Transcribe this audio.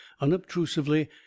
unobtrusively